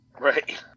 Right